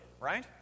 right